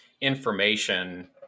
information